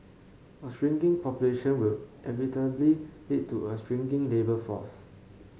a shrinking population will inevitably lead to a shrinking labour force